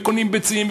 וקונים ביצים,